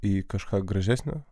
į kažką gražesnio